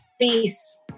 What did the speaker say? peace